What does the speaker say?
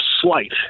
slight